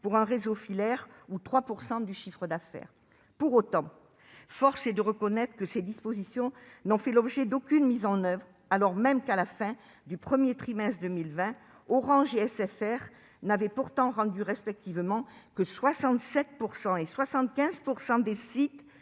pour un réseau filaire ou de 3 % du chiffre d'affaires. Pour autant, force est de reconnaître que ces dispositions n'ont fait l'objet d'aucune mise en oeuvre, alors même que, à la fin du premier trimestre 2020, Orange et SFR n'avaient rendu raccordables respectivement que 67 % et 75 % des sites